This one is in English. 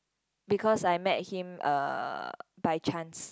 because I met him uh by chance